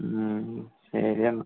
ശരി എന്നാൽ